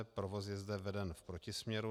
Provoz je zde veden v protisměru.